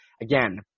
Again